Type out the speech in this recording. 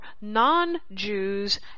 non-Jews